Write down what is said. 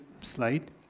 slide